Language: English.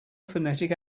phonetic